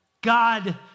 God